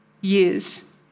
years